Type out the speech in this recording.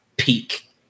peak